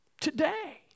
Today